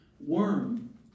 worm